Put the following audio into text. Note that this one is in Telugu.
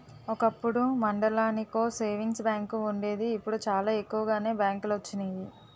ఒకప్పుడు మండలానికో సేవింగ్స్ బ్యాంకు వుండేది ఇప్పుడు చాలా ఎక్కువగానే బ్యాంకులొచ్చినియి